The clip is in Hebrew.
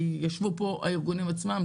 כי ישבו פה הארגונים עצמם,